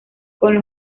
con